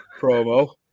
promo